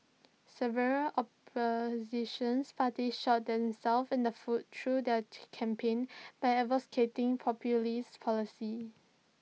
several oppositions parties shot themselves in the foot through their campaigns by advocating populist policies